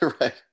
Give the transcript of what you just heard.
Right